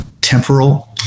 temporal